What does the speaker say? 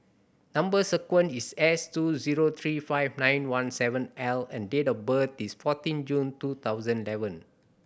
number sequence is S two zero three five nine one seven L and date of birth is fourteen June two thousand eleven